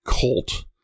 cult